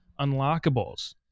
unlockables